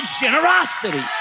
generosity